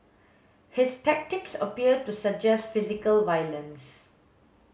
his tactics appear to suggest physical violence